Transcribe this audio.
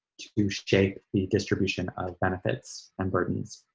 to shape the distribution of benefits and burdens.